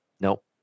nope